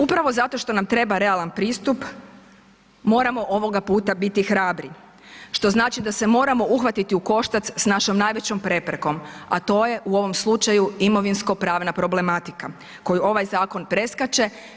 Upravo zato što nam treba realan pristup, moramo ovoga puta biti hrabri, što znači da se moramo uhvatiti u koštac s našom najvećom preprekom, a to je u ovom slučaju imovinsko-pravna problematika koju ovaj zakon preskače.